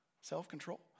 self-control